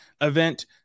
event